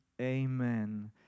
amen